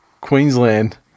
Queensland